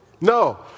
No